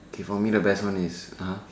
okay for me the best one is ah